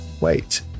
wait